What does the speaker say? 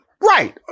right